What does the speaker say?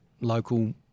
local